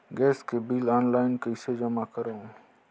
Gas के bill online कइसे जमा करव?